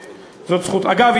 אגב,